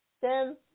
Sim